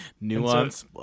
Nuance